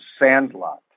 sandlot